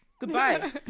goodbye